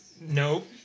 Nope